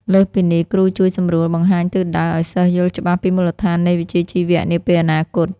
លើសពីនេះគ្រូជួយសម្រួលបង្ហាញទិសដៅឱ្យសិស្សយល់ច្បាស់ពីមូលដ្ឋាននៃវិជ្ជាជីវៈនាពេលអនាគត។